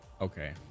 Okay